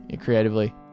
creatively